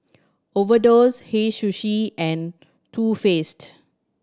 Overdose Hei Sushi and Too Faced